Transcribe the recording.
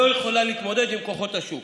לא יכולה להתמודד עם כוחות השוק.